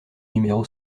numéro